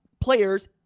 players